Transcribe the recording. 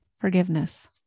Forgiveness